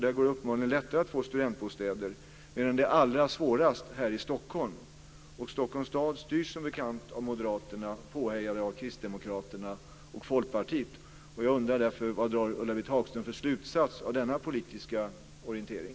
Där går det uppenbarligen lättare att få studentbostäder, medan det är allra svårast här i Stockholm. Stockholms stad styrs som bekant av Moderaterna, påhejade av Kristdemokraterna och Folkpartiet. Jag undrar därför vilken slutsats Ulla-Britt Hagström drar av denna politiska orientering.